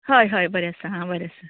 हय हय बरें आसा हांव बरें आसा